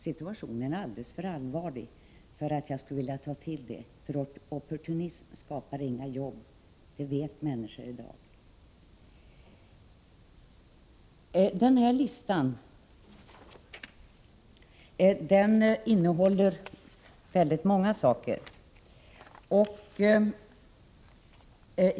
Situationen är alldeles för allvarlig för det. Opportunism skapar inga jobb, det vet människor i dag. Den här listan innehåller väldigt många saker.